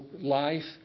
life